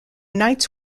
knights